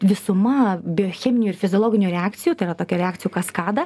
visuma biocheminių ir fiziologinių reakcijų tai yra tokia reakcijų kaskada